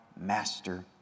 master